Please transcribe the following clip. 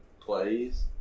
plays